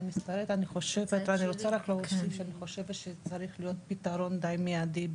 אני רוצה רק להוסיף שאני חושבת שצריך להיות פיתרון די מיידי,